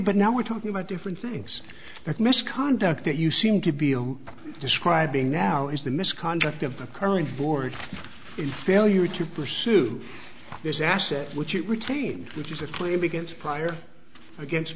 but now we're talking about different things that misconduct that you seem to be describing now is the misconduct of the current board failure to pursue this asset which it retained which is a claim against prior against